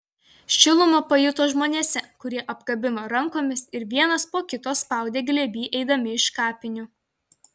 šilumą pajuto žmonėse kurie apkabino rankomis ir vienas po kito spaudė glėby eidami iš kapinių